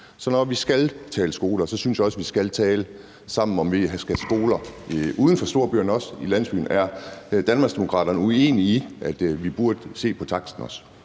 Så når vi skal tale skoler, synes jeg også, vi skal tale sammen om, om vi skal have skoler også uden for storbyerne, i landsbyen. Er Danmarksdemokraterne uenige i, at vi også burde se på taksten? Kl.